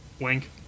Wink